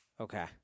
Okay